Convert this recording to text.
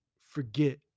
forget